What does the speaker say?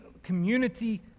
community